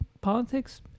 politics